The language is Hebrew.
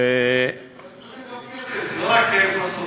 חשוב הכסף, לא רק ברכות.